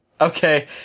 Okay